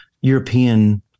European